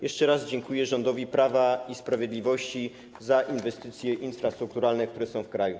Jeszcze raz dziękuję rządowi Prawa i Sprawiedliwości za inwestycje infrastrukturalne, które są realizowane w kraju.